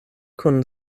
kun